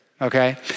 okay